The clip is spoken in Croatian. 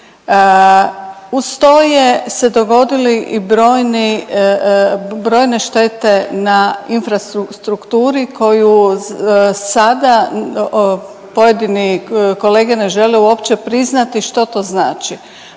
Uz to je se dogodili i brojni, brojne štete na infrastrukturi koju sada pojedini kolege ne žele uopće priznati što to znači.